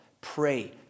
Pray